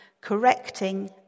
correcting